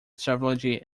savagely